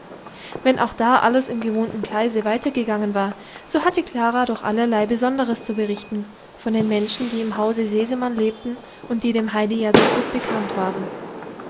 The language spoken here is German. wenn auch da alles im gewohnten geleise weitergegangen war so hatte klara doch allerlei besonderes zu berichten von den menschen die im hause sesemann lebten und die dem heidi ja so gut bekannt waren